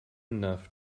enough